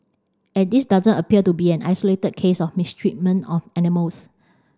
and this doesn't appear to be an isolated case of mistreatment of animals